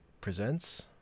presents